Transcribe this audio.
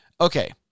Okay